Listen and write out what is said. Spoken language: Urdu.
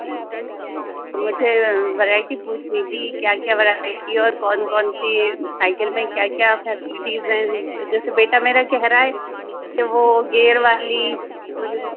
جی تو مجھے ورائٹی پوچھنی تھی کیا کیا ورائٹی اور کون کون سی سائیکل میں کیا کیا فیسلٹیز ہیں جیسے بیٹا میرا کہہ رہا ہے کہ وہ گیئر والی مجھے